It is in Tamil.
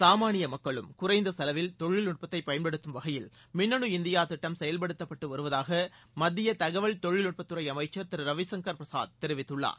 சாமானிய மக்களும் குறைந்த செலவில் தொழில்நுட்பத்தை பயன்படுத்தம் வகையில் மின்னணு இந்தியா திட்டம் செயல்படுத்தப்பட்டு வருவதாக மத்திய தகவல் தொழில்நுட்பத்துறை அமைச்ச் திரு ரவிசங்கள் பிரசாத் தெரிவித்துள்ளார்